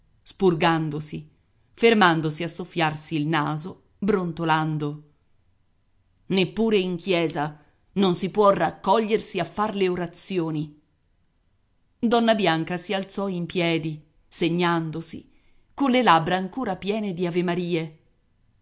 tossendo spurgandosi fermandosi a soffiarsi il naso brontolando neppure in chiesa non si può raccogliersi a far le orazioni donna bianca si alzò in piedi segnandosi colle labbra ancora piene di avemarie